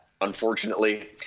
unfortunately